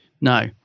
No